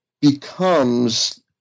becomes